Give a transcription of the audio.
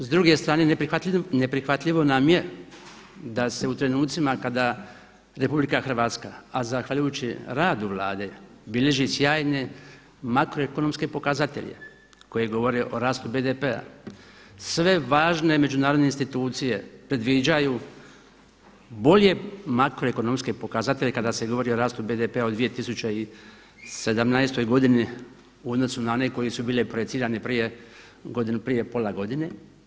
S druge strane, neprihvatljivo nam je da se u trenucima kada RH, a zahvaljujući radu Vlade bilježi sjajne makroekonomske pokazatelje koji govore o rastu BDP-a, sve važne međunarodne institucije predviđaju bolje makroekonomske pokazatelje kada se radi o rastu BDP-a u 2017. godinu u odnosu na one koje su bile projicirane prije godinu prije, pola godine.